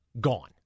gone